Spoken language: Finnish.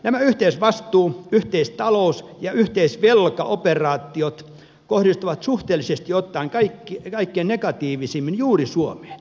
nämä yhteisvastuu yhteistalous ja yhteisvelkaoperaatiot kohdistuvat suhteellisesti ottaen kaikkein negatiivisimmin juuri suomeen